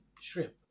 shrimp